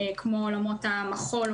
כמו אולמות המחול,